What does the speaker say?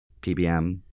PBM